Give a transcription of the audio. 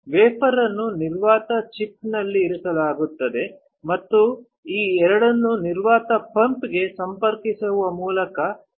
wafer ಅನ್ನು ನಿರ್ವಾತ ಚಕ್ನಲ್ಲಿ ಇರಿಸಲಾಗುತ್ತದೆ ಮತ್ತು ಈ ಎರಡನ್ನು ನಿರ್ವಾತ ಪಂಪ್ಗೆ ಸಂಪರ್ಕಿಸುವ ಮೂಲಕ ಈ ನಿರ್ವಾತವನ್ನು ರಚಿಸಲಾಗುತ್ತದೆ